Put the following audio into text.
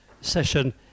session